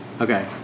Okay